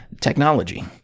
technology